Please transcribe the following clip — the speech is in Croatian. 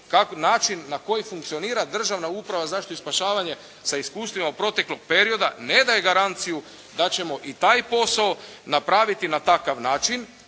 način na koji funkcionira državna uprava za zaštitu i spašavanje sa iskustvima od proteklog perioda, ne daje garanciju da ćemo i taj posao napraviti na takav način